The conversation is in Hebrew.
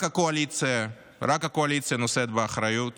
רק הקואליציה, רק הקואליציה נושאת באחריות